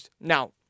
Now